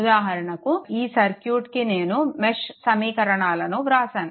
ఉదాహరణకు ఈ సర్క్యూట్కి నేను మెష్ సమీకరణాలను వ్రాసాను